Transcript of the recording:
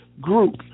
group